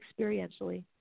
experientially